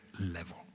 level